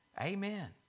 Amen